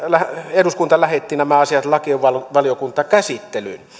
eduskunta lähetti nämä asiat lakivaliokuntakäsittelyyn